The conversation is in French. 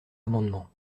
amendement